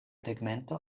tegmento